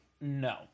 No